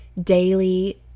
daily